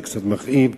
זה קצת מכאיב,